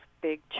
big